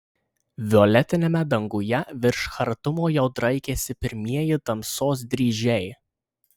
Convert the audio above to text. violetiniame danguje virš chartumo jau draikėsi pirmieji tamsos dryžiai